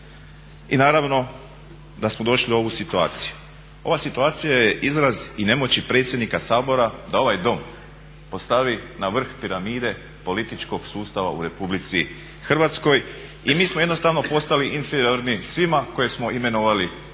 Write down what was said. i naravno da smo došli u ovu situaciju. Ova situacije je izraz i nemoći predsjednika Sabora da ovaj dom postavi na vrh piramide političkog sustava u Republici Hrvatskoj i mi smo jednostavno postali inferiorni svima koje smo imenovali ovdje